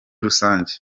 rusange